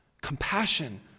compassion